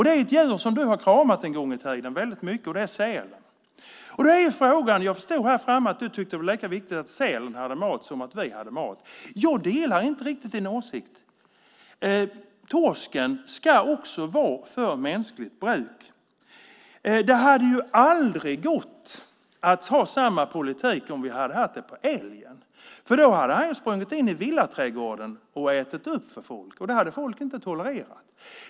Det är ett djur som du har kramat en gång i tiden väldigt mycket, och det är sälen. Jag förstod att du tyckte att det var lika viktigt att sälen hade mat som att vi hade mat. Jag delar inte riktigt din åsikt. Torsken ska också vara för mänskligt bruk. Det hade aldrig gått att ha samma politik om vi hade haft det när det gäller älgen. Då hade den sprungit in i villaträdgården och ätit upp för folk. Det hade folk inte tolererat.